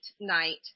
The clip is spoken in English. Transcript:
night